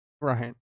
right